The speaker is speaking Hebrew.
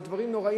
זה דברים נוראיים,